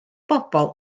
bobol